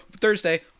Thursday